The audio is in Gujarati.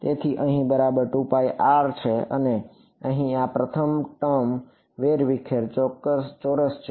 તેથી અહીં બરાબર છે અને અહીં આ પ્રથમ ટર્મ વેરવિખેર ચોરસ છે